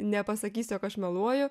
nepasakys jog aš meluoju